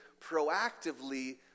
proactively